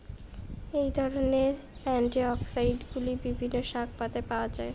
এই ধরনের অ্যান্টিঅক্সিড্যান্টগুলি বিভিন্ন শাকপাতায় পাওয়া য়ায়